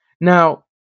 Now